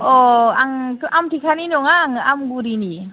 अ आंथ' आमटेखानि नङा आं आमगुरिनि